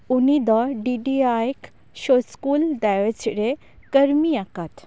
ᱩᱱᱤ ᱫᱚ ᱰᱤᱰᱤᱭ ᱟᱜ ᱥᱳ ᱤᱥᱠᱩᱞ ᱫᱮᱭᱮᱡ ᱨᱮᱭ ᱠᱟᱹᱲᱢᱤ ᱟᱠᱟᱫ